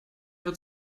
wird